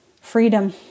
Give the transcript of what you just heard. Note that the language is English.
freedom